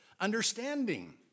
understanding